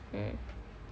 mm